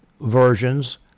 versions